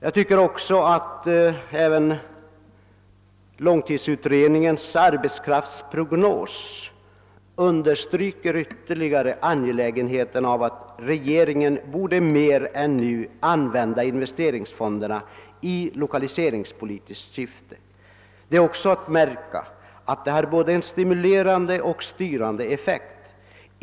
Jag tycker också att långtidsutredningens arbetskraftsprognos ytterligare understryker angelägenheten av att regeringen mer än nu använder investeringsfonderna i lokaliseringspolitiskt syfte. De har en både stimulerande och styrande effekt.